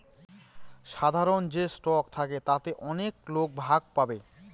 সাধারন যে স্টক থাকে তাতে অনেক লোক ভাগ পাবে